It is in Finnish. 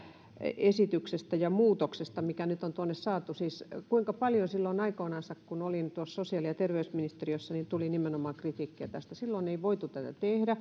esityksestä ja muutoksesta mikä nyt on tuonne saatu siis kuinka paljon silloin aikoinansa kun olin sosiaali ja terveysministeriössä tulikaan kritiikkiä nimenomaan tästä silloin ei voitu tätä